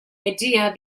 idea